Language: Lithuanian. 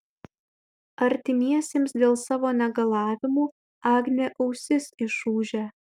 artimiesiems dėl savo negalavimų agnė ausis išūžia